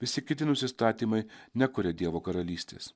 visi kiti nusistatymai nekuria dievo karalystės